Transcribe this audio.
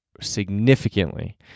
significantly